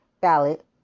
ballot